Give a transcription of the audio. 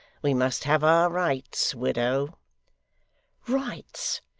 we must have our rights, widow rights!